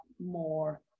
more